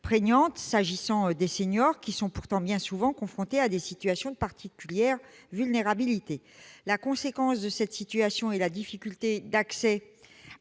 prégnante s'agissant des seniors, pourtant bien souvent en situation de particulière vulnérabilité. La conséquence de cette situation est la difficulté d'accéder